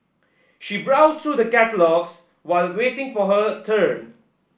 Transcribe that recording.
she browsed through the catalogues while waiting for her turn